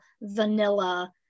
vanilla